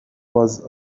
was